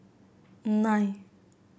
nine